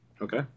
Okay